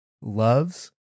loves